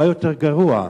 מה יותר גרוע?